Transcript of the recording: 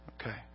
Okay